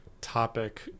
topic